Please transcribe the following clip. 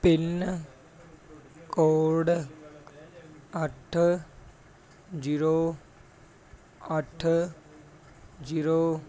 pin code ਅੱਠ zero ਅੱਠ zero